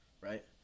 right